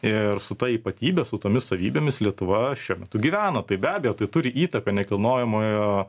ir su ta ypatybe su tomis savybėmis lietuva šiuo metu gyveno tai be abejo tai turi įtaką nekilnojamojo